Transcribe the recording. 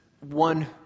one